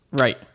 Right